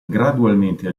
gradualmente